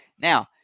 Now